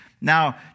Now